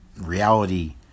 reality